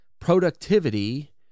productivity